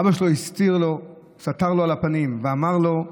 אבא שלו סטר לו על הפנים ואמר לו: